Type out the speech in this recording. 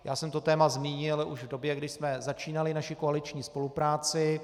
Já jsem to téma zmínil už v době, kdy jsme začínali naši koaliční spolupráci.